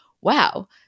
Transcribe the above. wow